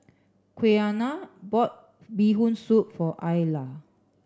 Quiana bought bee hoon soup for Ayla